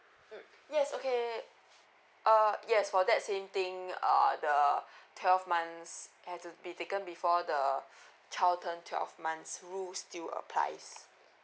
mm yes okay uh yes for that same thing err the twelve months have to be taken before the child turn twelve months rules still applies